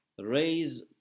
raise